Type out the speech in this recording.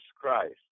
Christ